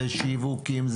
זה שיווקים,